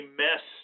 mess